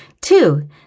Two